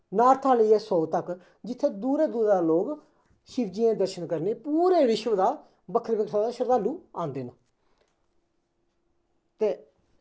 north दा लेइयै south तक जित्थें दूरा दूरा दा लोग शिवजी दे दर्शन करने गी पूरे विश्व दा बक्खरी बक्खरी जगह् दा श्रदालु आंदे न ते